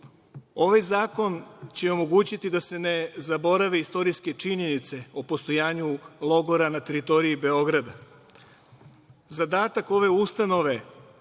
Ovaj zakon će omogućiti da se ne zaborave istorijske činjenice o postojanju logora na teritoriji Beograda. Zadatak ove ustanove